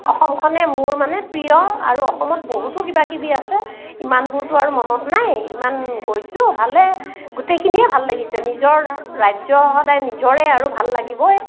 অসমখনে মোৰ মানে প্ৰিয় আৰু অসমত বহুতো কিবাকিবি আছে ইমানবোৰতো আৰু মনত নাই ইমান গৈছোঁ ভালে গোটেইখিনিয়ে ভাল লাগিছে নিজৰ ৰাজ্য সদায় নিজৰে আৰু ভাল লাগিবয়ে